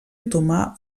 otomà